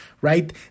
Right